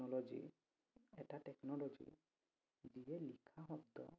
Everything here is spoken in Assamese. নল'জি এটা টেকন'ল'জি যিয়ে লিখা শব্দ